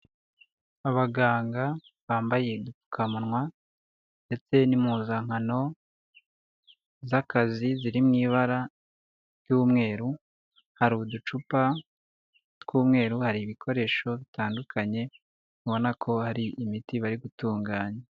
Abaganga bambaye udupfukamuwa ndetse n'impuzankano z'akazi ziri mu ibara ry'umweru hari uducupa tw'umweru hari ibikoresho bitandukanye babona ko hari imiti bari gutunganya.